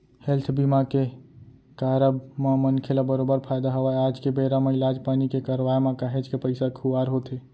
health बीमा के कारब म मनखे ल बरोबर फायदा हवय आज के बेरा म इलाज पानी के करवाय म काहेच के पइसा खुवार होथे